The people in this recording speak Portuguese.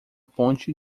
ponte